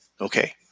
Okay